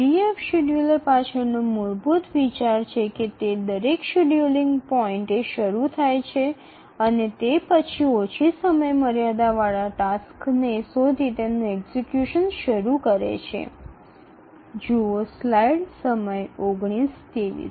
EDF শিডিয়ুলারের পিছনে প্রতিটি সময়সূচী পয়েন্টে এটি চালানো শুরু করার পরে মূল ধারণাটি এবং তারপরে যে কার্যটি সংক্ষিপ্ত সময়সীমা থাকে এবং তা সম্পাদনের জন্য নিয়ে যায় তার সিদ্ধান্ত নেয়